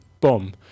boom